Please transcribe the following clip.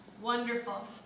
Wonderful